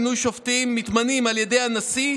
בשבדיה מתמנים השופטים על ידי הממשלה,